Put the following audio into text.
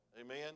Amen